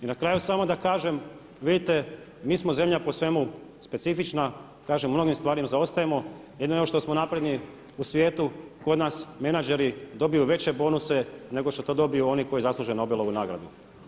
I na kraju samo da kažem vidite mi smo zemlja po svemu specifična, kažem u mnogim stvarima zaostajemo, jedino što smo napredni u svijetu kod nas menadžeri dobiju veće bonuse nego što to dobiju oni koji zaslužen Nobelovu nagradu.